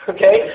Okay